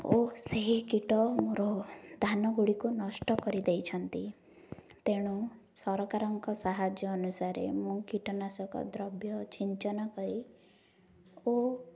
ଓ ସେହି କୀଟ ମୋର ଧାନ ଗୁଡ଼ିକୁ ନଷ୍ଟ କରିଦେଇଛନ୍ତି ତେଣୁ ସରକାରଙ୍କ ସାହାଯ୍ୟ ଅନୁସାରେ ମୁଁ କୀଟନାଶକ ଦ୍ରବ୍ୟ ଛିଞ୍ଚନ କରି ଓ